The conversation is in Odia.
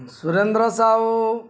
ସୁରେନ୍ଦ୍ର ସାହୁ